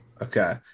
Okay